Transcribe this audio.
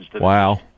Wow